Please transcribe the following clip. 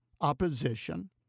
opposition